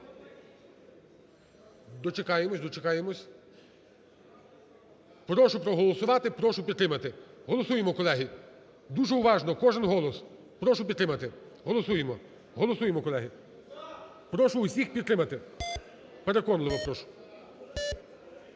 дочекаємось, дочекаємось. Прошу проголосувати. Прошу підтримати. Голосуємо, колеги, дуже уважно, кожен голос. Прошу підтримати. Голосуємо, голосуємо, колеги. Прошу усіх підтримати, переконливо прошу.